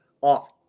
off